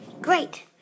Great